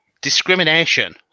discrimination